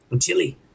chili